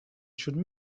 should